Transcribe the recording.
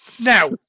Now